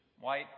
White